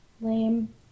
Lame